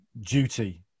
duty